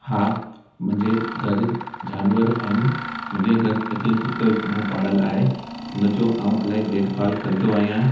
हा मुंहिंजे घर जानवर आहिनि मुंहिंजे घर हिकु कुतो मूं पालियल आहे उनजो मां इलाही देखभाल कंदो आहियां